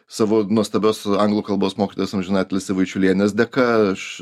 savo nuostabios anglų kalbos mokytojos amžinatilsį vaičiulienės dėka aš